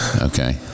Okay